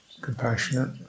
compassionate